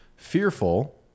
Fearful